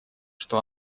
что